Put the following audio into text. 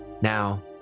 Now